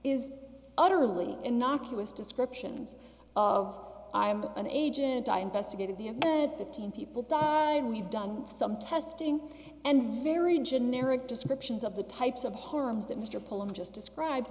is utterly innocuous descriptions of i am an agent i investigated the fifteen people died we've done some testing and very generic descriptions of the types of harms that mr palmer just described